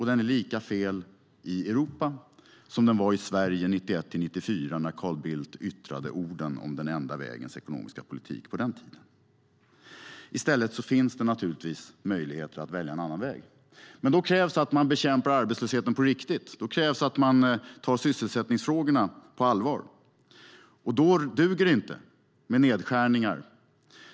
Den är lika fel i Europa som den var i Sverige 1991-1994, när Carl Bildt yttrade orden om den enda vägens ekonomiska politik på den tiden. I stället finns det naturligtvis möjligheter att välja en annan väg. Men då krävs det att man bekämpar arbetslösheten på riktigt. Då krävs det att man tar sysselsättningsfrågorna på allvar. Då duger det inte med nedskärningar.